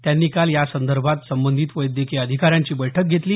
त्यांनी काल यासंदर्भात संबंधित वैद्यकीय अधिकाऱ्यांची बैठक घेतली